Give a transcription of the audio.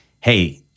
hey